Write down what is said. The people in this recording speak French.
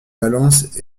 valence